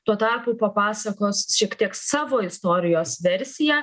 tuo tarpu papasakos šiek tiek savo istorijos versiją